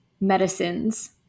medicines